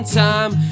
time